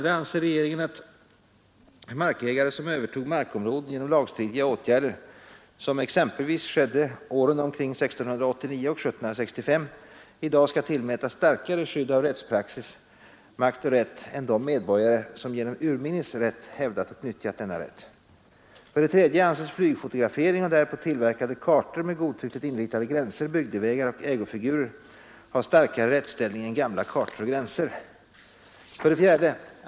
Anser regeringen att markägare som övertog markområden genom lagstridiga åtgärder, som exempelvis skedde åren omkring 1689 och 1765, i dag skall tillmätas starkare skydd av rättspraxis, makt och rätt än de medborgare som genom urminnes rätt hävdat och nyttjat denna rätt? 3. Anses flygfotografering och därpå tillverkade kartor med godtyckligt inritade gränser, bygdevägar och ägofigurer ha starkare rättsställning än gamla kartor och gränser? 4.